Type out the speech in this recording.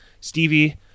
Stevie